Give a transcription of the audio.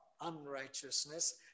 unrighteousness